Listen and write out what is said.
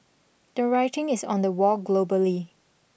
the writing is on the wall globally